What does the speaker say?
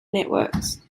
networks